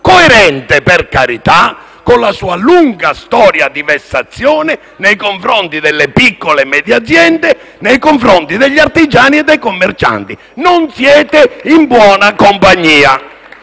coerente, per carità, con la sua lunga storia di vessazione nei confronti delle piccole e medie aziende, nei confronti degli artigiani e dei commercianti. Non siete in buona compagnia.